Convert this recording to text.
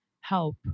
help